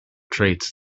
traits